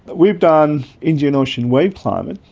but we've done indian ocean wave climate,